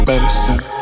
Medicine